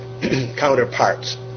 counterparts